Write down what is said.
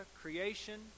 creation